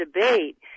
debate